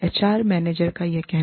HR manager का यह कहना है